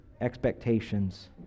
expectations